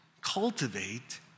cultivate